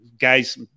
guys